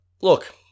Look